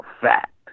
fact